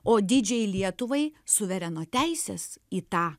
o didžiajai lietuvai suvereno teisės į tą